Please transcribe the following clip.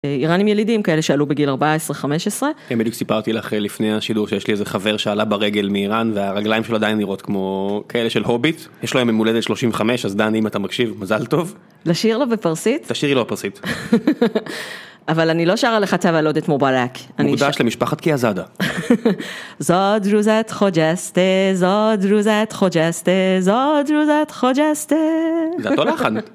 איראנים ילידים כאלה שעלו בגיל 14-15. בדיוק סיפרתי לך לפני השידור שיש לי איזה חבר שעלה ברגל מאיראן והרגליים שלו עדיין נראות כמו כאלה של הוביט, יש לו היום יום הולדת 35 אז דני אם אתה מקשיב מזל טוב. לשיר לו בפרסית? תשאירי לו פרסית. אבל אני לא שרה לך תב הלודת מובלק. מוקדש למשפחת קיאזדה. זו דרוזת חוג'סטה זו דרוזת חוג'סטה זו דרוזת חוג'סטה.